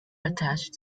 attached